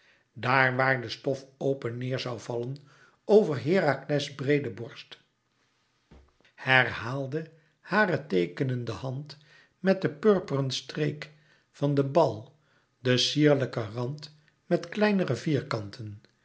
daar waar de stof open neêr zoû vallen over herakles breede borst herhaalde hare teekenende hand met den purperen streek van den bal den sierlijken rand met kleinere vierkanten